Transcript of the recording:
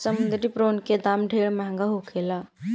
समुंद्री प्रोन के दाम ढेरे महंगा होखेला